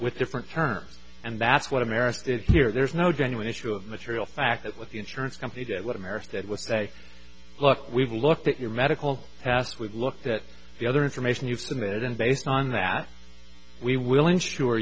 with different terms and that's what america is here there's no genuine issue of material fact that with the insurance company did what america did with say look we've looked at your medical pass we've looked at the other information you've submitted and based on that we will insure